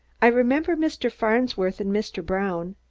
i remember mr. farnsworth and mr. brown.